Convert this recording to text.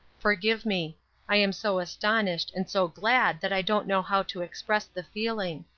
forgive me i am so astonished, and so glad that i don't know how to express the feeling.